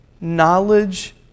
Knowledge